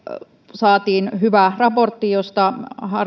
saatiin hyvä raportti josta